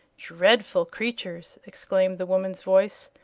dreadful creatures! exclaimed the woman's voice.